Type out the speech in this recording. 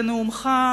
לנאומך,